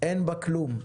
אין בה כלום.